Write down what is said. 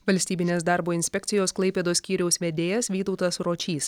valstybinės darbo inspekcijos klaipėdos skyriaus vedėjas vytautas ročys